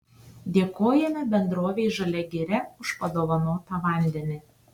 dėkojame bendrovei žalia giria už padovanotą vandenį